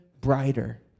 brighter